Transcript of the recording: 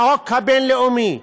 החוק הבין-לאומי,